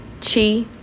chi